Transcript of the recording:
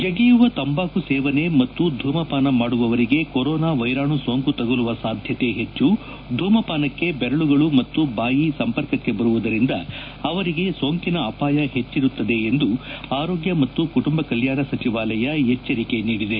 ಜಗಿಯುವ ತಂಬಾಕು ಸೇವನೆ ಮತ್ತು ಧೂಮಪಾನ ಮಾಡುವವರಿಗೆ ಕೊರೋನಾ ವೈರಾಣು ಸೋಂಕು ತಗುಲುವ ಸಾಧ್ಯತೆ ಹೆಚ್ಚು ಧೂಮಪಾನಕ್ಕೆ ಬೆರಳುಗಳು ಮತ್ತು ಬಾಯಿ ಸಂಪರ್ಕಕ್ಕೆ ಬರುವುದರಿಂದ ಅವರಿಗೆ ಸೋಂಕಿನ ಅಪಾಯ ಹೆಚ್ಚಿರುತ್ತದೆ ಎಂದು ಆರೋಗ್ಯ ಮತ್ತು ಕುಟುಂಬ ಕಲ್ಯಾಣ ಸಚಿವಾಲಯ ಎಚ್ಚರಿಕೆ ನೀಡಿದೆ